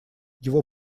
его